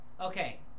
Okay